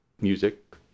music